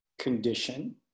condition